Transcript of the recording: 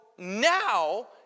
Now